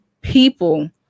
people